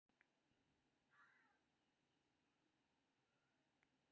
घास काटै बला कें घसकट्टा कहल जाइ छै